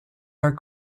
are